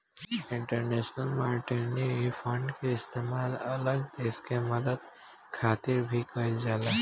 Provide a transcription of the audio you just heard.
international monetary fund के इस्तेमाल अलग देश के मदद खातिर भी कइल जाला